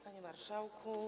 Panie Marszałku!